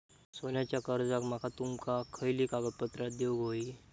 सोन्याच्या कर्जाक माका तुमका खयली कागदपत्रा देऊक व्हयी?